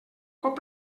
cop